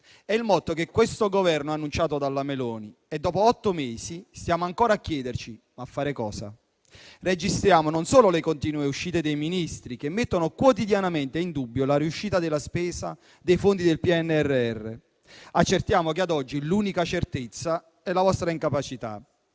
è il motto di questo Governo, annunciato dalla Meloni e, dopo otto mesi, siamo ancora a chiederci: «Ma a fare cosa?». Registriamo non solo le continue uscite dei Ministri, che mettono quotidianamente in dubbio la riuscita della spesa dei fondi del PNRR. Accertiamo che ad oggi l'unica certezza è la vostra incapacità.